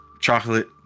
Chocolate